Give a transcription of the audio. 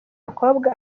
mukobwa